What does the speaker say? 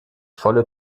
volle